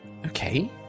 Okay